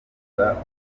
rwanda